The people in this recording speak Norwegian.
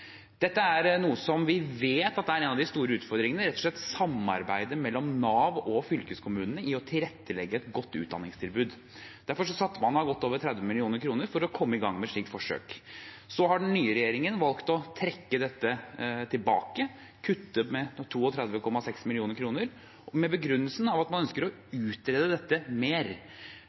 Dette er noe vi vet at er en av de store utfordringene: rett og slett samarbeidet mellom Nav og fylkeskommunene om å tilrettelegge et godt utdanningstilbud. Derfor satte man av godt over 30 mill. kr for å komme i gang med et slikt forsøk. Så har den nye regjeringen valgt å trekke dette tilbake, kuttet med 32,6 mill. kr, med den begrunnelsen at man ønsker å utrede dette mer.